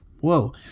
Whoa